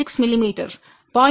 6 மிமீ 0